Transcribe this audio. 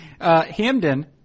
Hamden